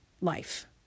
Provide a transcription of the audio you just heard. life